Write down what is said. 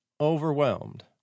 overwhelmed